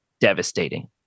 devastating